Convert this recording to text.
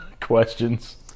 questions